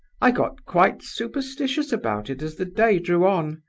i got quite superstitious about it as the day drew on.